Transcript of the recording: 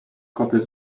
koty